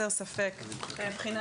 אגב,